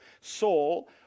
Saul